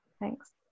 Thanks